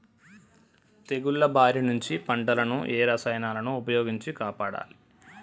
తెగుళ్ల బారి నుంచి పంటలను ఏ రసాయనాలను ఉపయోగించి కాపాడాలి?